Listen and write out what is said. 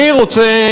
אני רוצה,